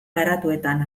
garatuetan